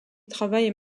travaille